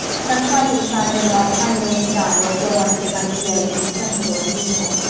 and i'm trying to decide whether i'll pine away and die, or go on and get my b a. and be sensible and useful.